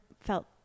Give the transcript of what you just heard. felt